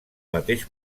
mateix